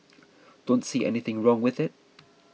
don't see anything wrong with it